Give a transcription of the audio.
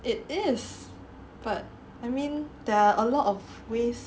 it is but I mean there are a lot of ways